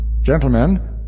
Gentlemen